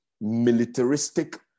militaristic